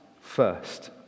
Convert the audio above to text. first